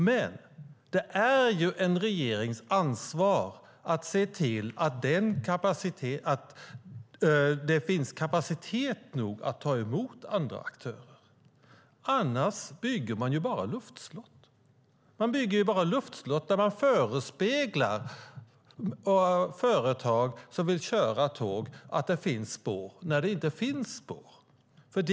Men det är regeringens ansvar att se till att det finns kapacitet nog att ta emot andra aktörer. Annars bygger man bara luftslott. Man förespeglar företag som vill köra tåg att det finns spårkapacitet som egentligen inte finns.